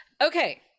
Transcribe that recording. Okay